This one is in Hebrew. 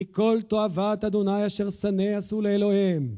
כי כל תואבת ה' אשר שנא עשו לאלוהיהם.